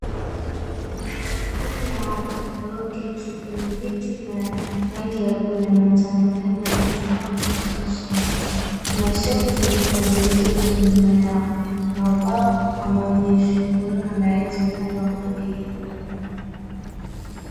Kundi la watu walioketi kwenye viti vya rangi ya bluu na manjano ndani ya maktaba au chumba cha kusomo, kuna shelfu za vitabu zilizojazwa nyuma yao na ubao wa maonyesho uliona maelezo upande wa kulia.